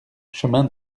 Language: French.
chemin